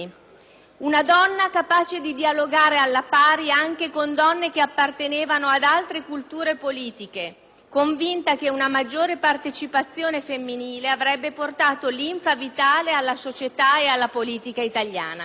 Una donna capace di dialogare alla pari anche con donne che appartenevano ad altre culture politiche, convinta che una maggiore partecipazione femminile avrebbe portato linfa vitale alla società e alla politica italiana.